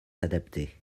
adaptés